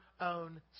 own